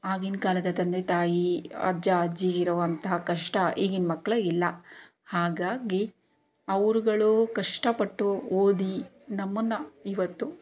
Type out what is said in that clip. ಆಗಿನ ಕಾಲದ ತಂದೆ ತಾಯಿ ಅಜ್ಜ ಅಜ್ಜಿಗೆ ಇರುವಂತಹ ಕಷ್ಟ ಈಗಿನ ಮಕ್ಕಳಿಗಿಲ್ಲ ಹಾಗಾಗಿ ಅವರುಗಳು ಕಷ್ಟಪಟ್ಟು ಓದಿ ನಮ್ಮನ್ನು ಇವತ್ತು